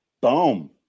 Boom